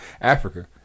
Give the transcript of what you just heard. Africa